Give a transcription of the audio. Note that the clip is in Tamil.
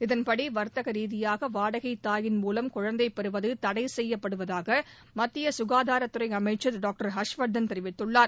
இதன்படி வர்த்தக ரீதியாக வாடகை தாயின் மூலம் குழந்தைப் பெறுவது தடை செய்யப்படுவதாக மத்திய சுகாதாரத் துறை அமைச்சர் டாக்டர் ஹர்ஷ்வர்தன் தெரிவித்துள்ளார்